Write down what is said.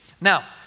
Now